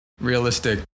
realistic